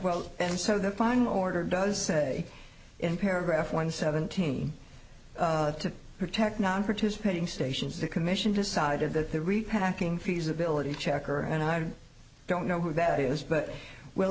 quote and so the final order does say in paragraph one seventeen to protect nonparticipating stations the commission decided that the repacking feasibility checker and i don't know who that is but will